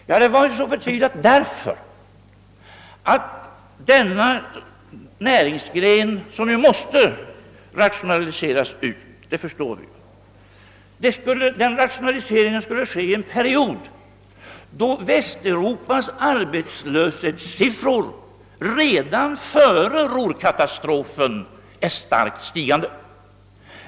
Jo, därför att bortrationaliseringen av denna näringsgren som nu måste göras — äger rum i en period då Västeuropas arbetslöshetssiffror redan är i starkt stigande.